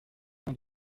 fins